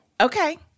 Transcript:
Okay